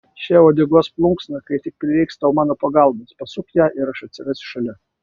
še uodegos plunksną kai tik prireiks tau mano pagalbos pasuk ją ir aš atsirasiu šalia